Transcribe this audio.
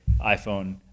iPhone